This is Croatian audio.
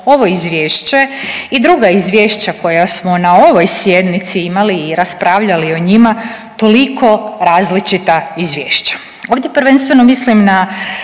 ovo izvješće i druga izvješća koja smo na ovoj sjednici imali i raspravljali o njima toliko različita izvješća. Ovdje prvenstveno mislim na